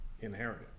inherited